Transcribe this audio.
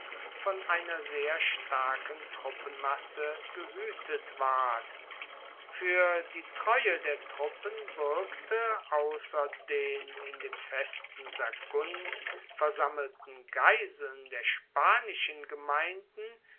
von einer sehr starken truppenmasse gehuetet ward fuer die treue der truppen buergte ausser den in dem festen sagunt versammelten geiseln der spanischen gemeinden